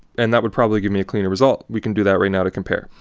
and that would probably give me a cleaner result. we can do that right now to compare.